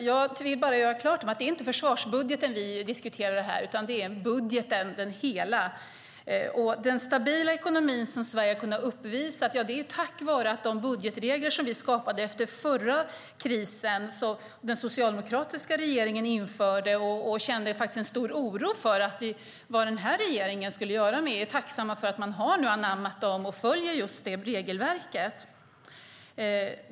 Jag vill bara göra klart att det inte är försvarsbudgeten som vi diskuterar här utan hela budgeten. Att Sverige har kunnat uppvisa en stabil ekonomi är tack vare de budgetregler som den socialdemokratiska regeringen införde efter förra krisen. Vi kände stor oro för vad den här regeringen skulle göra men är tacksamma för att man nu har anammat och följer just detta regelverk.